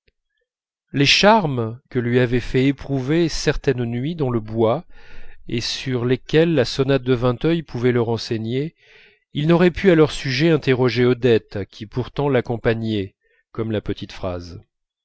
les charmes que lui avaient fait éprouver certaines nuits dans le bois et sur lesquels la sonate de vinteuil pouvait le renseigner il n'aurait pu à leur sujet interroger odette qui pourtant l'accompagnait comme la petite phrase